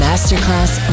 Masterclass